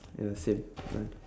ya same